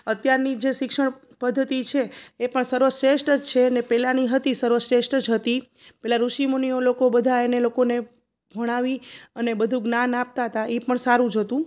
અત્યારની જે શિક્ષણ પદ્ધતિ છે એ પણ સર્વશ્રેષ્ઠ જ છે અને પહેલાંની હતી સર્વશ્રેષ્ઠ જ હતી પહેલાં ઋષિમુનિઓ લોકો બધા એને લોકોને ભણાવી અને બધું જ્ઞાન આપતા હતા એ પણ સારું જ હતું